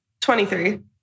23